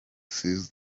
seized